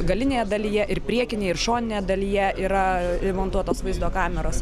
galinėje dalyje ir priekinėj ir šoninėje dalyje yra įmontuotos vaizdo kameros